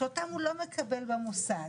שאותם הוא לא מקבל במוסד.